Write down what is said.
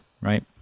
right